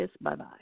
Bye-bye